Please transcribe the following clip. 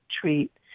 treat